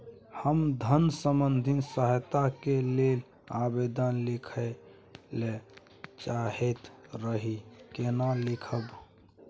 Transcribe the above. हम धन संबंधी सहायता के लैल आवेदन लिखय ल चाहैत रही केना लिखब?